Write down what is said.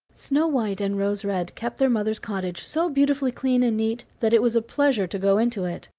snow-white and rose-red kept their mother's cottage so beautifully clean and neat that it was a pleasure to go into it.